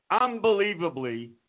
unbelievably